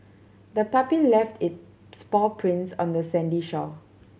the puppy left its paw prints on the sandy shore